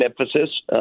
emphasis